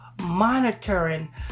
monitoring